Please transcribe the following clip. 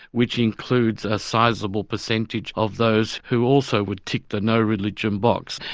which includes a sizeable percentage of those who also would tick the no-religion box.